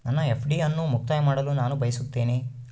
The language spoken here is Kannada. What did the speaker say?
ನನ್ನ ಎಫ್.ಡಿ ಅನ್ನು ಮುಕ್ತಾಯ ಮಾಡಲು ನಾನು ಬಯಸುತ್ತೇನೆ